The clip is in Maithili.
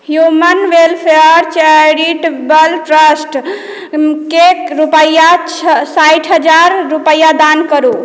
ह्यूमन वेलफेयर चैरिटेबल ट्रस्टकेँ रूपैआ साठि हजार रूपैआ दान करू